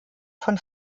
von